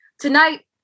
Tonight